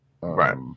Right